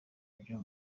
byo